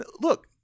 Look